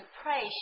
pray